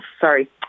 sorry